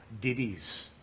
ditties